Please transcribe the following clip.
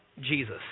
Jesus